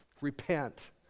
repent